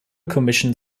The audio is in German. commission